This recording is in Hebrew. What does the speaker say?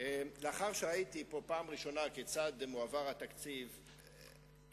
לאחר שראיתי פה בפעם הראשונה כיצד התקציב עובר,